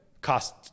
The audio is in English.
cost